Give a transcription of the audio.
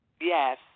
Yes